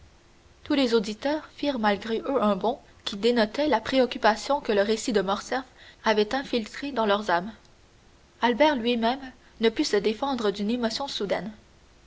tous les auditeurs firent malgré eux un bond qui dénotait la préoccupation que le récit de morcerf avait infiltrée dans leurs âmes albert lui-même ne put se défendre d'une émotion soudaine